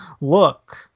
look